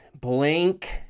blank